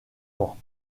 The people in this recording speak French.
vent